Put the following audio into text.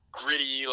gritty